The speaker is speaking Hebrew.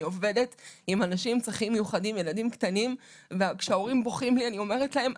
אני עובדת עם אנשים עם צרכים מיוחדים וכשההורים בוכים לי אני אומרת להם,